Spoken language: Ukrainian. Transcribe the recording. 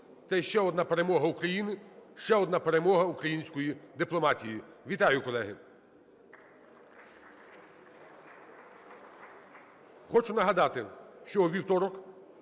Це ще одна перемога України, ще одна перемога української дипломатії. Вітаю, колеги. Хочу нагадати, що у вівторок